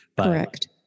Correct